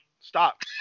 stop